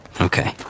Okay